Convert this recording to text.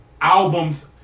albums